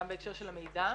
גם בהקשר של המידע.